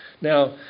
Now